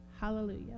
Hallelujah